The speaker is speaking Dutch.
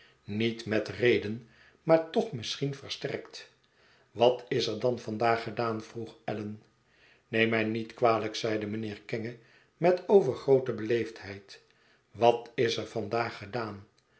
niet met reden maar toch misschien versterkt wat is er dan vandaag gedaan vroeg allan neem mij niet kwalijk zeide mijnheer kenge metovergroote beleefdheid wat is er vandaag gedaan